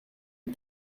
une